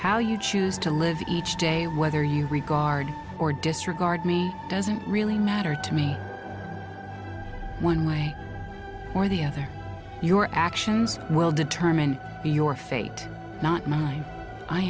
how you choose to live each day whether you regard or disregard me doesn't really matter to me one way or the other your actions will determine your fate not